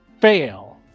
fail